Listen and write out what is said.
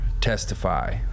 testify